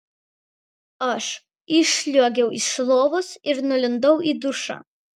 aš išsliuogiau iš lovos ir nulindau į dušą